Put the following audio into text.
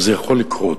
וזה יכול לקרות,